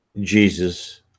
Jesus